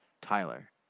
Tyler